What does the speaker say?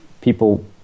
people